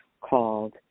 called